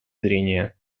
зрения